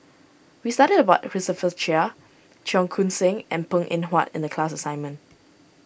we studied about Christopher Chia Cheong Koon Seng and Png Eng Huat in the class assignment